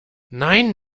nein